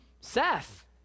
Seth